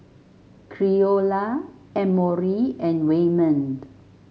Creola Emory and Wayman